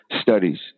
studies